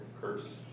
curse